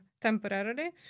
temporarily